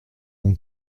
mon